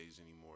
anymore